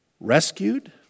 rescued